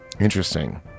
Interesting